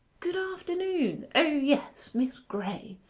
good afternoon! o yes miss graye,